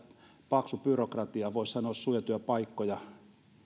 paksu byrokratia voisi sanoa suojatyöpaikkoja jollain